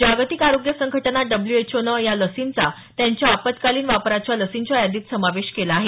जागतिक आरोग्य संघटना डब्ल्यू एच ओ नं या लसींचा त्यांच्या आपत्कालीन वापराच्या लसींच्या यादीत समावेश केलेला आहे